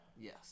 Yes